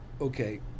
Okay